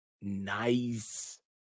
Nice